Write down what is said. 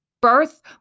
birth